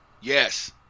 Yes